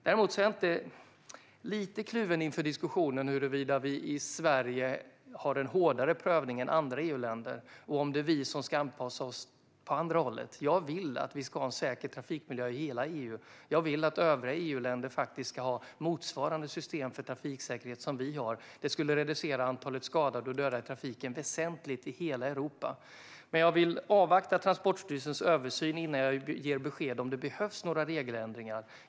Däremot är jag lite kluven inför diskussionen huruvida vi i Sverige har en hårdare prövning än i andra EU-länder och om det är vi som ska anpassa oss på andra hållet. Jag vill att vi ska ha en säker trafikmiljö i hela EU. Jag vill att övriga EU-länder ska ha motsvarande system för trafiksäkerhet som vi har. Det skulle reducera antalet skadade och döda i trafiken väsentligt i hela Europa. Jag vill avvakta Transportstyrelsens översyn innan jag ger besked om det behövs några regeländringar.